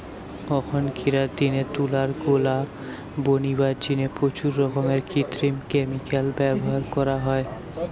অখনকিরার দিনে তুলার গোলা বনিবার জিনে প্রচুর রকমের কৃত্রিম ক্যামিকাল ব্যভার করা হয়